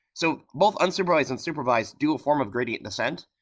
so both unsupervised and supervised do a form of gradient descent.